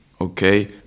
okay